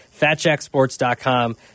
FatJackSports.com